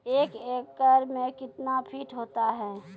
एक एकड मे कितना फीट होता हैं?